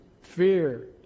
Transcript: fear